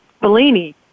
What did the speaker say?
Bellini